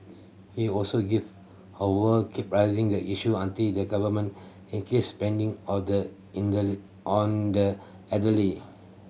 he also give how would keep raising the issue until the Government increased spending all the in the on the elderly